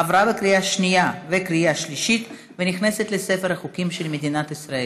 עברה בקריאה שנייה וקריאה שלישית ונכנסת לספר החוקים של מדינת ישראל.